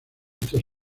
estos